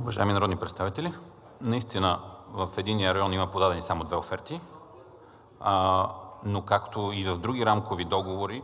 Уважаеми народни представители, наистина в единия район има подадени само две оферти, но както и в други рамкови договори,